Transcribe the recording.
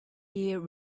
year